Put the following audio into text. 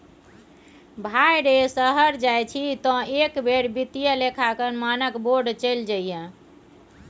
भाय रे शहर जाय छी तँ एक बेर वित्तीय लेखांकन मानक बोर्ड चलि जइहै